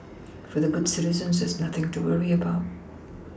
for the good citizens there is nothing to worry about